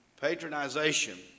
Patronization